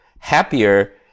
happier